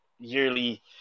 yearly